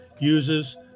uses